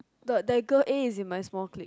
the that girl A is in my small clique